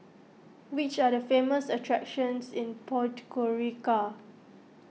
which are the famous attractions in Podgorica